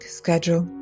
schedule